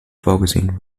vorgesehen